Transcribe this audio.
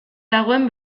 dagoen